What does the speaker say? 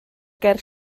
ger